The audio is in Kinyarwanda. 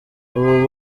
ubu